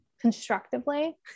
constructively